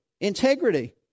integrity